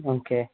okay